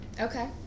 Okay